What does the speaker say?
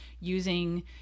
using